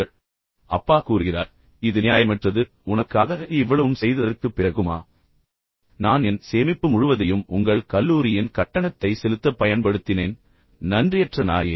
இப்போது அப்பா கூறுகிறார் இது நியாயமற்றது உனக்காக இவ்வளவும் செய்ததற்கு பிறகுமா நான் என் சேமிப்பு முழுவதையும் உங்கள் கல்லூரியின் கட்டணத்தை செலுத்த பயன்படுத்தினேன் நன்றியற்ற நாயே